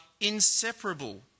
inseparable